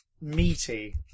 meaty